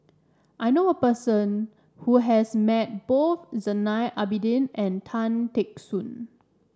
I knew a person who has met both Zainal Abidin and Tan Teck Soon